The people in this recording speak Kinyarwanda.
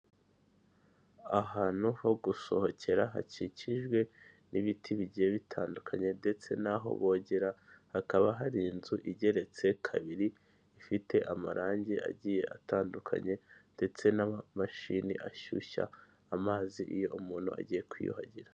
Ahantu ho gusohokera hakikijwe n'ibiti bigiye bitandukanye ndetse n'aho bogera, hakaba hari inzu igeretse kabiri ifite amarange agiye atandukanye ndetse n'amashini ashyushya amazi iyo umuntu agiye kwiyuhagira.